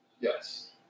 Yes